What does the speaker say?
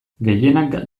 gehienak